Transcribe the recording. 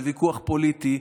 זה ויכוח פוליטי,